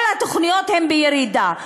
כל התוכניות הן בירידה,